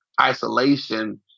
isolation